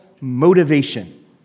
motivation